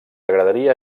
agradaria